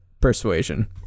persuasion